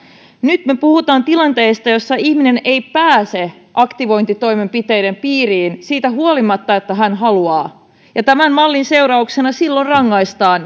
nyt me puhumme tilanteesta jossa ihminen ei pääse aktivointitoimenpiteiden piiriin siitä huolimatta että hän haluaa ja tämän mallin seurauksena silloin rangaistaan